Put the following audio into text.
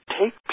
take